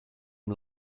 him